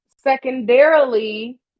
secondarily